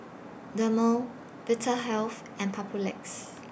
Dermale Vitahealth and Papulex